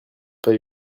pas